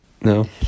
No